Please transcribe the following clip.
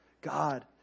God